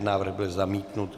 Návrh byl zamítnut.